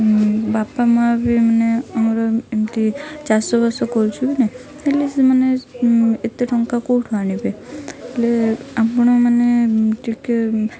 ବାପା ମାଆ ବି ମାନେ ଆମର ଏମିତି ଚାଷବାସ କରୁଛନ୍ତି ନା ହେଲେ ସେମାନେ ଏତେ ଟଙ୍କା କେଉଁଠୁ ଆଣିବେ ହେଲେ ଆପଣ ମାନେ ଟିକେ